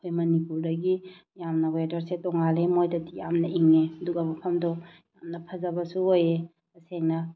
ꯑꯩꯈꯣꯏ ꯃꯅꯤꯄꯨꯔꯗꯒꯤ ꯌꯥꯝꯅ ꯋꯦꯗꯔꯁꯦ ꯇꯣꯉꯥꯜꯂꯤ ꯃꯣꯏꯗꯗꯤ ꯌꯥꯝꯅ ꯏꯪꯉꯦ ꯑꯗꯨꯒ ꯃꯐꯝꯗꯣ ꯌꯥꯝꯅ ꯐꯖꯕꯁꯨ ꯑꯣꯏꯑꯦ ꯇꯁꯦꯡꯅ